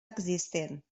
existent